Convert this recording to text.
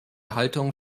haltung